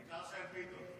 העיקר שאין פיתות.